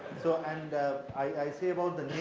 so and i say about